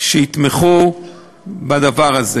שיתמכו בדבר הזה.